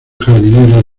jardinero